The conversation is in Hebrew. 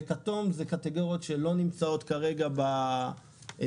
בכתום זה קטגוריות שלא נמצאות כרגע ברפורמה,